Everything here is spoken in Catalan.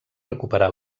recuperar